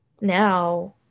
now